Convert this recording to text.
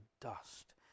dust